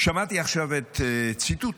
שמעתי עכשיו את הציטוט